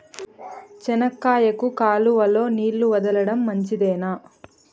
చెనక్కాయకు కాలువలో నీళ్లు వదలడం మంచిదేనా?